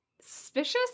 suspicious